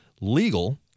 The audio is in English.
legal